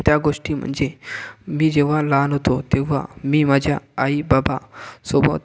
त्या गोष्टी म्हणजे मी जेव्हा लहान होतो तेव्हा मी माझ्या आई बाबासोबत